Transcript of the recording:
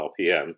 RPM